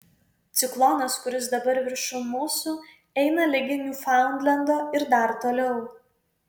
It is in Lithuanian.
ciklonas kuris dabar viršum mūsų eina ligi niūfaundlendo ir dar toliau